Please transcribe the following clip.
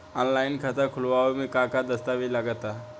Online खाता खूलावे म का का दस्तावेज लगा ता?